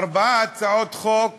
ארבע הצעות חוק